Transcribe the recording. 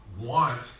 want